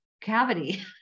cavity